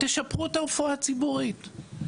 תשפרו את הרפואה הציבורית,